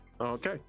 Okay